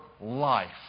life